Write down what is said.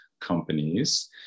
companies